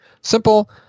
simple